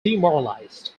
demoralised